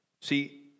See